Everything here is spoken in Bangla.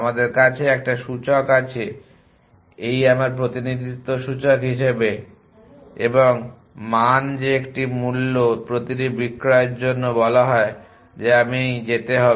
আমাদের কাছে একটা সূচক আছে এই আমার প্রতিনিধিত্ব সূচক হিসাবে এবং মান যে একটি মূল্য প্রতিটি বিক্রয়ের জন্য বলা হয় যে আমি যেতে হবে